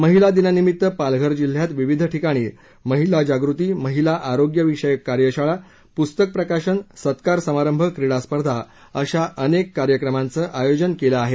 महिला दिनानिमीत्त पालघर जिल्ह्यात विविध ठिकाणी महिला जागृती महिला आरोग्यविषयक कार्यशाळा पुस्तक प्रकाशन सत्कार समारंभ क्रिडास्पर्धा अशा अनेक कार्यक्रमांचं आयोजन करण्यात आलं आहे